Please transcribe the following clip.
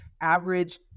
average